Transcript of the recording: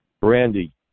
Brandy